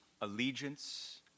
Allegiance